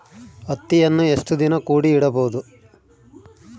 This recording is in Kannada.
ಹತ್ತಿಯನ್ನು ಎಷ್ಟು ದಿನ ಕೂಡಿ ಇಡಬಹುದು?